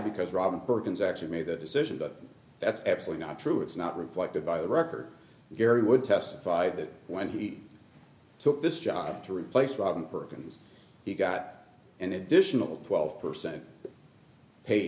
because robin perkins actually made that decision but that's absolutely not true it's not reflected by the record gary would testified that when he took this job to replace robin perkins he got an additional twelve percent pay